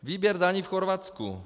Výběr daní v Chorvatsku.